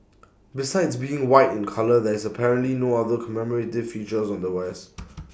besides being white in colour there is apparently no other commemorative features on the wares